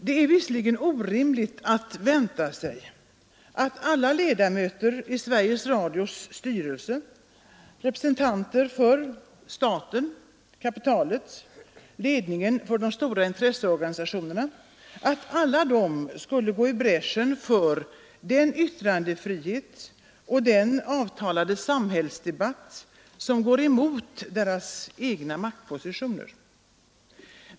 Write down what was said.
Det är visserligen orimligt att vänta sig att alla ledamöter i Sveriges Radios styrelse — representanter för staten, kapitalet, ledningen för de stora intresseorganisationerna — skulle gå i bräschen för den yttrandefrihet och den avtalade samhällsdebatt som vänder sig mot deras egna maktpositioner.